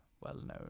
well-known